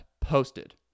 posted